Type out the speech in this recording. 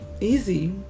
easy